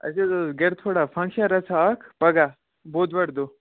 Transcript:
اَسہِ حظ اوس گَرِ تھوڑا فنٛکشن رَژھا اَکھ پَگاہ بۄدوارِ دۄہ